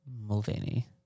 Mulvaney